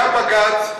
היה בג"ץ,